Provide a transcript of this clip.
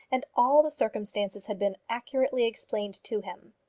and all the circumstances had been accurately explained to him.